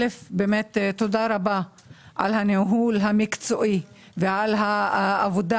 תודה רבה על הניהול המקצועי ועל העבודה